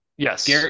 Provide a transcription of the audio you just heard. Yes